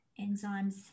enzymes